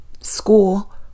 school